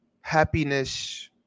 Happiness